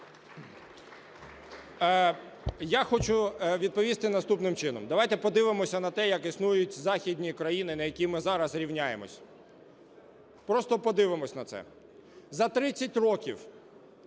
Я хочу відповісти наступним чином. Давайте подивимось на те, як існують західні країни, на які ми зараз рівняємося. Просто подивимось на це. За 30 років